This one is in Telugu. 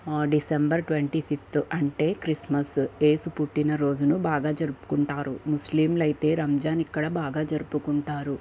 డిసెంబర్ ట్వంటీ ఫిఫ్త్ అంటే క్రిస్మస్ యేసు పుట్టిన రోజును బాగా జరుపుకుంటారు ముస్లింలైతే రంజాన్ ఇక్కడ చాలా బాగా జరుపుకుంటారు